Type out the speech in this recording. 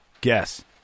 guess